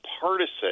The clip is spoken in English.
partisan